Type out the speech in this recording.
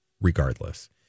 regardless